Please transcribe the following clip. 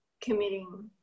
committing